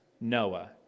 Noah